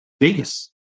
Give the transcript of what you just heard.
Vegas